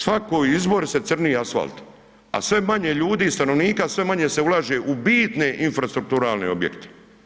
Svak izbori se crni asfalt a sve manje ljudi i stanovnika, sve manje se ulaže u bitne infrastrukturalne objekte.